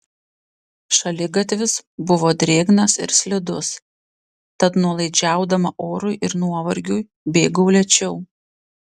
šaligatvis buvo drėgnas ir slidus tad nuolaidžiaudama orui ir nuovargiui bėgau lėčiau